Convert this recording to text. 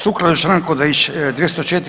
Sukladno Članku 204.